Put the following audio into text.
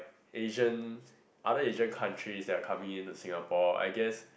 Asian other Asian countries that are coming in to Singapore I guess